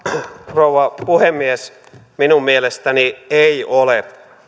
rouva puhemies minun mielestäni ei ole